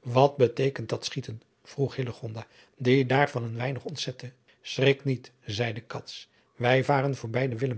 wat beteekent dat schieten vroeg hillegonda die daar van een weinig ontzette schrik niet zeide cats wij varen voorbij de